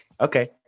okay